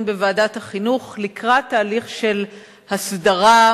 בוועדת החינוך לקראת תהליך של הסדרה,